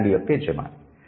'land' యొక్క యజమాని